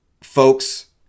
folks